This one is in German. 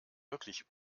wirklich